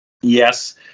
yes